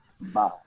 Bye